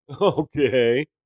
Okay